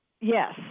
Yes